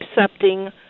accepting